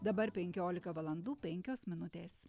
dabar penkiolika valandų penkios minutės